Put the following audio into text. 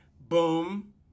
Boom